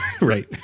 right